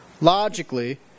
Logically